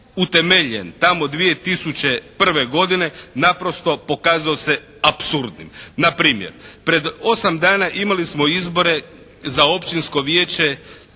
utemeljen tamo 2001. godine naprosto pokazao se apsurdnim. Npr. pred osam dana imali smo izbore za općinsko vijeće